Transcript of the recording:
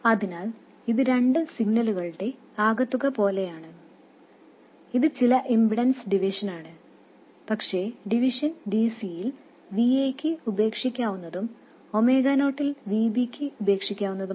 അതിനാൽ ഇത് രണ്ട് സിഗ്നലുകളുടെ ആകെത്തുക പോലെയാണ് ഇത് ചില ഇംപെഡൻസ് ഡിവിഷനാണ് പക്ഷേ ഡിവിഷൻ dc യിൽ Va യ്ക്ക് ഉപേക്ഷിക്കാവുന്നതും ഒമേഗ നോട്ടിൽ Vb ക്ക് ഉപേക്ഷിക്കാവുന്നതുമാണ്